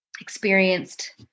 experienced